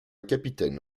capitaine